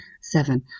seven